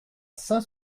saint